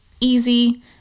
Easy